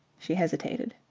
she hesitated.